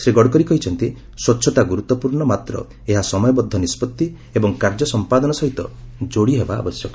ଶ୍ରୀ ଗଡ଼କରି କହିଛନ୍ତି ସ୍ୱଚ୍ଚତା ଗୁରୁତ୍ୱପୂର୍ଣ୍ଣ ମାତ୍ର ଏହା ସମୟବଦ୍ଧ ନିଷ୍ପଭି ଏବଂ କାର୍ଯ୍ୟ ସଂପାଦନ ସହିତ ଯୋଡ଼ି ହେବା ଆବଶ୍ୟକ